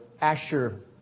Asher